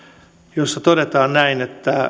jossa todetaan näin